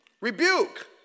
rebuke